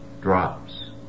drops